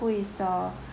who is the